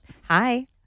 Hi